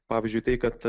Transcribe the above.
pavyzdžiui tai kad